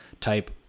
type